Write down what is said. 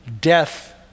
death